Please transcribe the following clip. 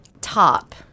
top